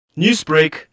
Newsbreak